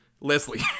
Leslie